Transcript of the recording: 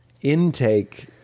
Intake